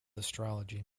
astrology